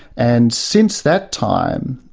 and since that time,